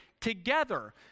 together